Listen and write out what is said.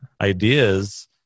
ideas